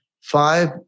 five